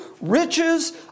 riches